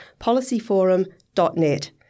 policyforum.net